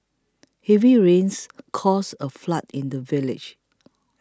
heavy rains caused a flood in the village